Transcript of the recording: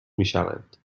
میشوند